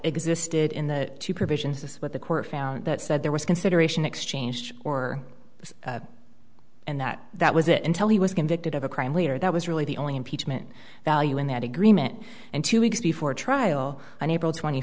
existed in the two provisions of what the court found that said there was consideration exchanged or this and that that was it until he was convicted of a crime leader that was really the only impeachment value in that agreement and two weeks before trial on april twenty